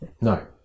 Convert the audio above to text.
No